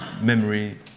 memory